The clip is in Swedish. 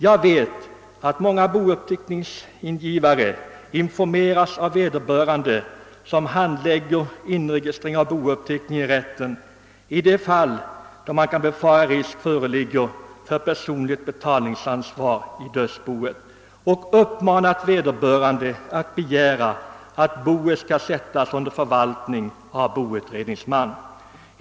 Jag vet att många bouppteckningsingivare informeras av dem som handlägger inregistrering av bouppteckning i rätten i de fall då man kan befara att risk föreligger för personligt betalningsansvar i dödsboet, varvid vederbörande uppmanats att begära att boet skall sättas under förvaltning av boutredningsman.